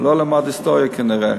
היא לא למדה היסטוריה, כנראה.